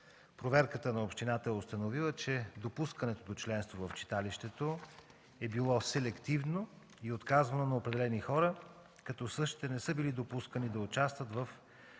Проверката на общината е установила, че допускането до членство в читалището е било селективно и е отказвано на определени хора, като същите не са били допускани да участват в